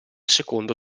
secondo